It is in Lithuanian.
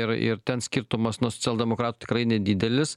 ir ir ten skirtumas nuo socialdemokratų tikrai nedidelis